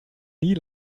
nie